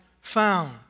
found